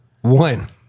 One